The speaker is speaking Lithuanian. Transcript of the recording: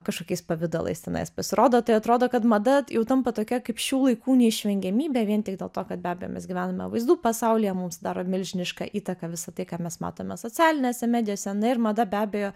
kažkokiais pavidalais tenais pasirodo tai atrodo kad mada jau tampa tokia kaip šių laikų neišvengiamybė vien tik dėl to kad be abejo mes gyvename vaizdų pasaulyje mums daro milžinišką įtaką visa tai ką mes matome socialinėse medijose na ir mada be abejo